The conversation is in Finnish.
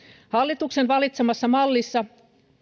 hallituksen valitsemassa mallissa